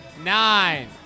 nine